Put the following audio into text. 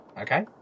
Okay